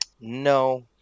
No